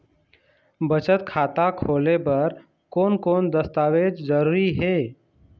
बचत खाता खोले बर कोन कोन दस्तावेज जरूरी हे?